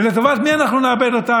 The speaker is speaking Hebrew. ולטובת מי אנחנו נאבד אותה?